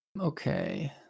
Okay